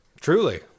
Truly